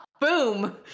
Boom